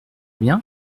bien